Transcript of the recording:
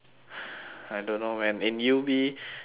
I don't know man in U_B I get